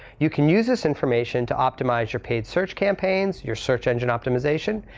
you can use this information to optimize your paid search campaigns, your search engine optimization,